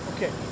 Okay